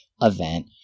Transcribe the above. event